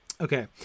Okay